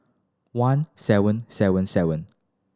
one seven seven seven